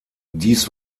dies